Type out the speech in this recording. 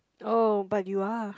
oh but you are